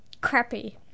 crappy